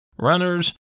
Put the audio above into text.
runners